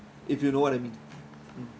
if you know what I mean mm